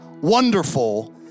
wonderful